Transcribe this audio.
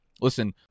Listen